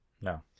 No